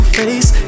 face